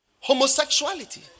Homosexuality